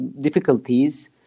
difficulties